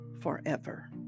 forever